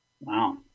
Wow